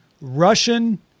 Russian